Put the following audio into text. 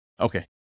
Okay